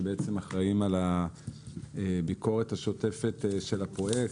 שבעצם אחראים על הביקורת השוטפת של הפרויקט,